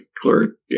clerk